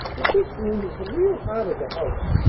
that this room is the real heart of the house.